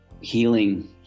healing